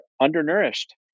undernourished